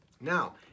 Now